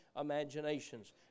imaginations